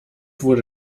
wurde